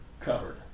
covered